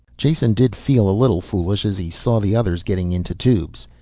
jason did feel a little foolish as he saw the others getting into tubes.